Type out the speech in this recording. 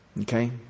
Okay